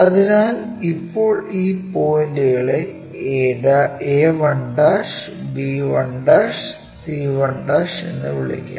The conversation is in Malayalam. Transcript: അതിനാൽ ഇപ്പോൾ ഈ പോയിന്റുകളെ a1 b1 c1എന്ന് വിളിക്കാം